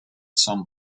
some